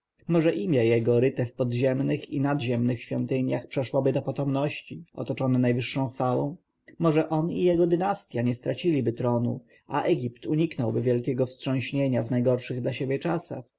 może imię jego ryte w podziemnych i nadziemnych świątyniach przeszłoby do potomności otoczone najwyższą chwałą może on i jego dynastja nie straciliby tronu a egipt uniknął wielkiego wstrząśnienia w najgorszych dla siebie czasach